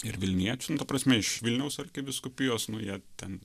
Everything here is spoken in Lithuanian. ir vilniečių nu ta prasme iš vilniaus arkivyskupijos nuėjo ten